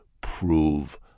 prove